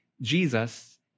Jesus